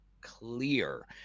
clear